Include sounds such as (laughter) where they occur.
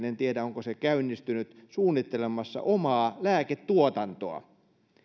(unintelligible) en tiedä onko se käynnistynyt omaa lääketuotantoa